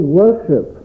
worship